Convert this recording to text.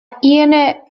aíonna